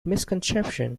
misconception